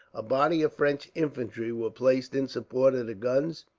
a body of french infantry were placed in support of the guns,